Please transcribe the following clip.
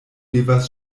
devas